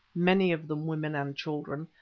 many of them women and children,